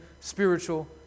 spiritual